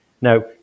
Now